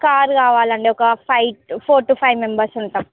car కావాలండీ ఒక five four to five members ఉంటాం